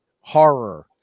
horror